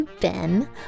Ben